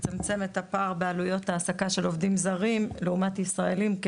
לצמצם את הפער בעלויות העסקה של עובדים זרים לעומת ישראלים,